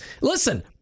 Listen